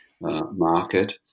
market